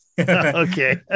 okay